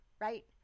right